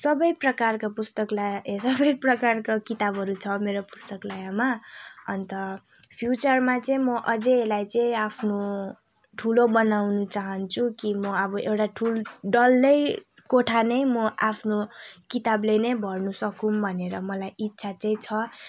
सबै प्रकारका पुस्तकालय सबै प्रकारका किताबहरू छ मेरो पुस्तकालयमा अन्त फ्युचरमा चाहिँ म अझै यसलाई चाहिँ आफ्नो ठुलो बनाउनु चाहन्छु कि म अब एउटा ठुलो डल्लै कोठा नै म आफ्नो किताबले नै भर्नसकौँ भनेर मलाई इच्छा चाहिँ छ अन्त